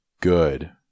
good